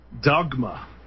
dogma